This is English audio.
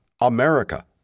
America